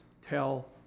tell